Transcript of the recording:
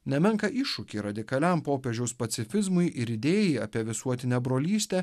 nemenką iššūkį radikaliam popiežiaus pacifizmui ir idėjai apie visuotinę brolystę